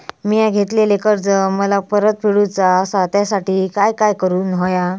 मिया घेतलेले कर्ज मला परत फेडूचा असा त्यासाठी काय काय करून होया?